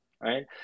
right